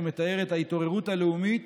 מתאר את ההתעוררות הלאומית